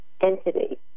entity